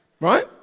right